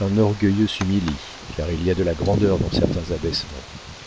un orgueilleux s'humilie car il y a de la grandeur dans certains abaissements